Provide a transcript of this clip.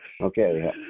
Okay